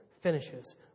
finishes